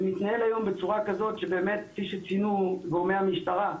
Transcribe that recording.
זה מתנהל היום בצורה כזאת כפי שציינו גורמי המשטרה,